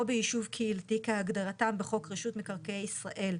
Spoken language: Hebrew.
או ביישוב קהילתי כהגדרתם בחוק רשות מקרקעי ישראל,